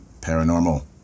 paranormal